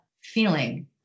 feeling